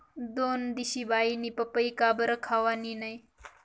दोनदिशी बाईनी पपई काबरं खावानी नै